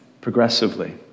progressively